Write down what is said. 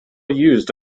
used